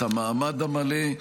את המעמד המלא.